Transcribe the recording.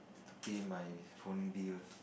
pay my phone bill